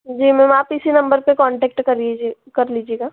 जी ma'am आप इसी number पर कॉन्टैक्ट कर लीजिए कर लीजिएगा